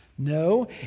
No